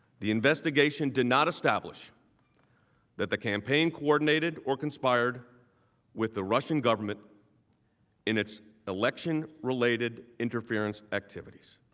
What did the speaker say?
the investigation did not establish that the campaign coordinated or conspired with the russian government and its election related interference activities.